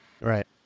Right